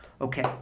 Okay